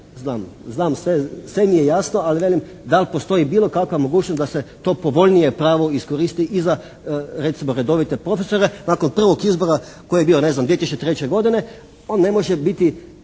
znam sve mi je jasno ali velim da li postoji bilo kakva mogućnost da se to povoljnije pravo iskoristi i za recimo redovite profesore nakon prvog izbora koji je bio ne znam 2003. godine. On ne može biti